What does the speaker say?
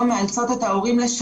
אותי.